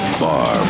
far